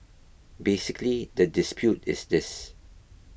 basically the dispute is this